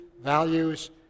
values